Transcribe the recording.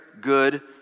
good